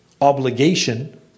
obligation